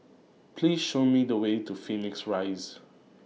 Please Show Me The Way to Phoenix Rise